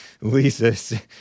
Lisa